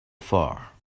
far